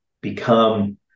become